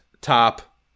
top